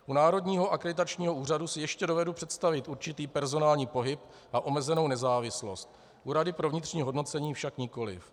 U Národního akreditačního úřadu si ještě dovedu představit určitý personální pohyb a omezenou nezávislost, u rady pro vnitřní hodnocení však nikoliv.